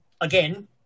Again